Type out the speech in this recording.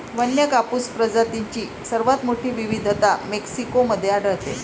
वन्य कापूस प्रजातींची सर्वात मोठी विविधता मेक्सिको मध्ये आढळते